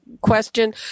question